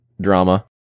drama